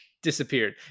disappeared